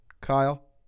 Kyle